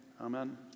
amen